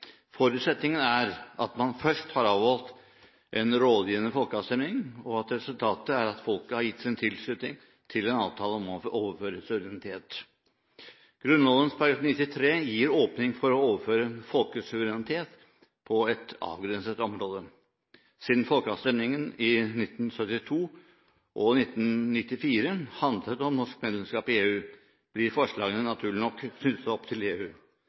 Forutsetningen er at man først har avholdt en rådgivende folkeavstemning – og resultatet er at folket har gitt sin tilslutning til en avtale om å overføre suverenitet. Grunnloven § 93 gir åpning for å overføre folkesuverenitet på et avgrenset område. Siden folkeavstemningene i 1972 og i 1994 handlet om norsk medlemskap i EU, blir forslagene naturlig nok knyttet opp til EU.